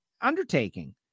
undertaking